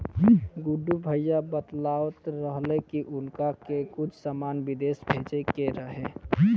गुड्डू भैया बतलावत रहले की उनका के कुछ सामान बिदेश भेजे के रहे